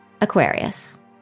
Aquarius